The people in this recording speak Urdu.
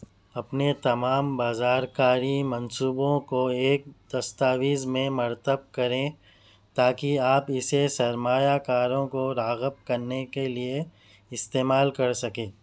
اپنے تمام بازارکاری منصوبوں کو ایک دستاویز میں مرتب کریں تاکہ آپ اسے سرمایہ کاروں کو راغب کرنے کے لیے استمعال کر سکیں